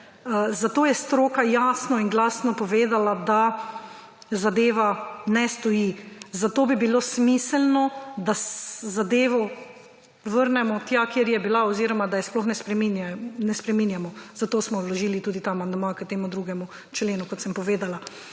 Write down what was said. Zato je stroka jasno in glasno povedala, da zadeva ne stoji. Zato bi bilo smiselno, da zadevo vrnemo tja, kjer je bila oziroma da je sploh ne spreminjamo. Zato smo vložili tudi ta amandma k temu 2. členu, kot sem povedala.